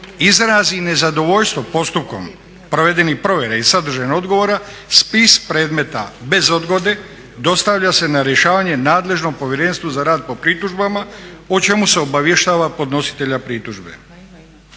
izrazi nezadovoljstvo postupkom provedenih provjera i sadržajem odgovora spis predmeta bez odgode dostavlja se na rješavanje nadležnom Povjerenstvu za rad po pritužbama, o čemu se obavještava podnositelja pritužbe.